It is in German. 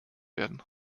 werden